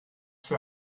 für